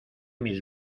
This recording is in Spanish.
mis